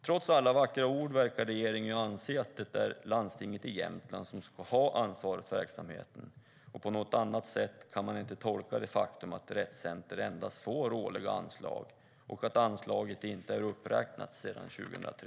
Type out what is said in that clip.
Trots alla vackra ord verkar ju regeringen anse att det är landstinget i Jämtland som ska ha ansvar för verksamheten. På något annat sätt kan man inte tolka det faktum att Rett Center endast får årliga anslag och att anslaget inte är uppräknat sedan 2003.